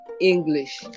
English